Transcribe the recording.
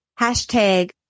hashtag